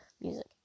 music